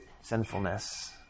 sinfulness